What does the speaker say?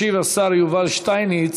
ישיב השר יובל שטייניץ,